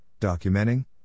documenting